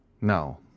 Now